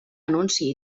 anunci